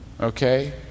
okay